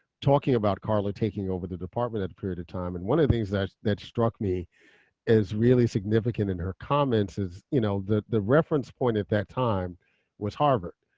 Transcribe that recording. talking about karla taking over the department at the period of time, and one of the things that that struck me is really significant in her comments is you know the the reference point at that time was harvard.